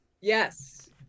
Yes